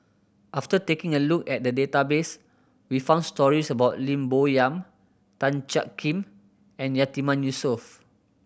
after taking a look at the database we found stories about Lim Bo Yam Tan Jiak Kim and Yatiman Yusof